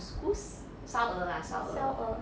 goose 烧鹅